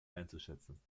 einzuschätzen